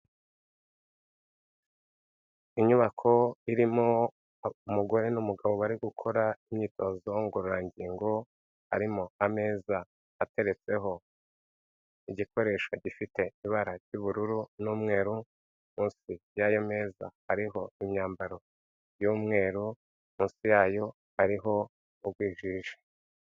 Inyubako irimo umugore n'umugabo bari gukora imyitozo ngororangingo, Harimo ameza ateretsweho igikoresho gifite ibara ry'ubururu n'umweru munsi y'ayo meza hariho imyambaro y'umweru munsi yayo ariho igwijisha.